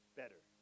better